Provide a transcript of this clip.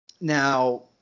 now